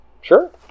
Sure